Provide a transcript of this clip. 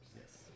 Yes